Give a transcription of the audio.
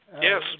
Yes